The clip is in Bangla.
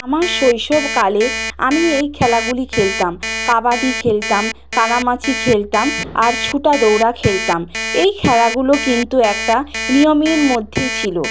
আমার শৈশবকালে আমি এই খেলাগুলি খেলতাম কাবাডি খেলতাম কানামাছি খেলতাম আর ছোটাদৌড়া খেলতাম এই খেলাগুলো কিন্তু একটা নিয়মের মধ্যে ছিল